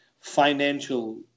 financial